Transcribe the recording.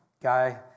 guy